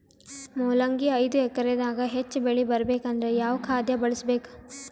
ಮೊಲಂಗಿ ಐದು ಎಕರೆ ದಾಗ ಹೆಚ್ಚ ಬೆಳಿ ಬರಬೇಕು ಅಂದರ ಯಾವ ಖಾದ್ಯ ಬಳಸಬೇಕು?